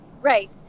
Right